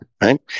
right